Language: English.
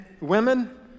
women